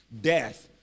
Death